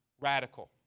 radical